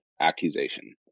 accusation